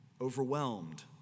overwhelmed